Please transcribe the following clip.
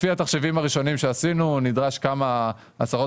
לפי התחשיבים הראשונים שעשינו נדרש כמה עשרות